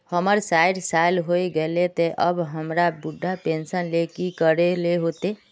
हमर सायट साल होय गले ते अब हमरा वृद्धा पेंशन ले की करे ले होते?